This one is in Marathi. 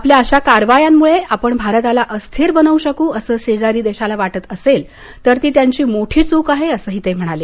आपल्या अशा कारवायांमुळे आपण भारताला अस्थिर बनवू शकू असं शेजारी देशाला वाटत असेल तर ती त्यांची मोठी चूक आहे असंही ते म्हणाले